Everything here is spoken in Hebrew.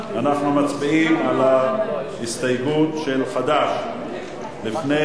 אנחנו מצביעים על ההסתייגות של חברי הכנסת דב חנין,